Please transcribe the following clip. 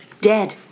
dead